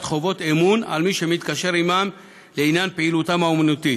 חובות אמון על מי שמתקשר עמם לעניין פעילותם האמנותית.